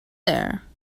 there